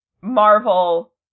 Marvel